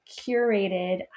curated